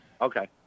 Okay